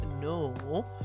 no